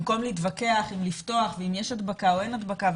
במקום להתווכח אם לפתוח ואם יש הדבקה או אין הדבקה,